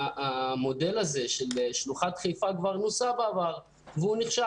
המודל הזה של שלוחת חיפה כבר נוסה בעבר ונכשל.